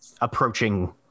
approaching